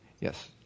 Yes